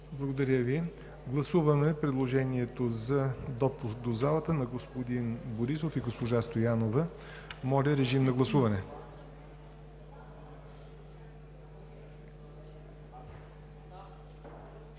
Благодаря Ви. Гласуваме предложението за допуск в залата на господин Борисов и госпожа Стоянова. Гласували